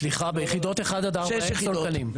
סליחה, ביחידות 1-4 אין סולקנים.